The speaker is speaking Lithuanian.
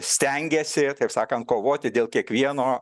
stengėsi taip sakan kovoti dėl kiekvieno